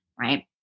Right